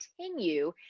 continue